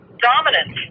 Dominance